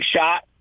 shot